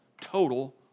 total